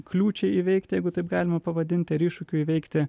kliūčiai įveikt jeigu taip galima pavadint ar iššūkiui įveikti